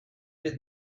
did